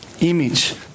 image